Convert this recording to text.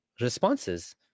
Responses